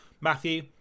matthew